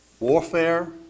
Warfare